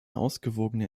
ausgewogene